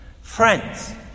Friends